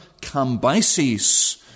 Cambyses